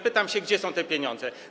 Pytam się: Gdzie są te pieniądze?